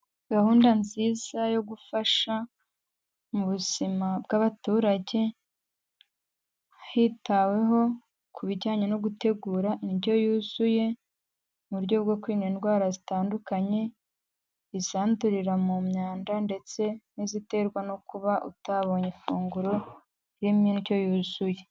Gahunda nziza yo gufasha mu buzima bw'abaturage hitaweho ku bijyanye no gutegura indyo yuzuye, mu buryo bwo kwirinda indwara zitandukanye, izandurira mu myanda ndetse n'iziterwa no kuba utabonye ifunguro ririmo indyo yuzuye.